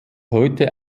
heute